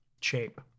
shape